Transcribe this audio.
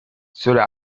cela